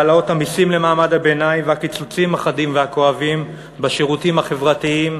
העלאות המסים למעמד הביניים והקיצוצים החדים והכואבים בשירותים החברתיים